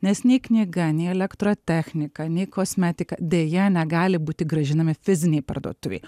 nes nei knyga nei elektrotechnika nei kosmetika deja negali būti grąžinami fizinėj parduotuvėj